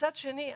מצד שני,